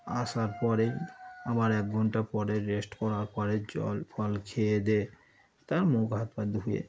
আসার পরে আবার এক ঘন্টা পরে রেস্ট করার পরে জল ফল খেয়ে দেয়ে তারপর মুখ হাত পা ধুয়ে